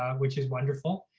which is wonderful.